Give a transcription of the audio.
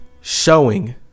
showing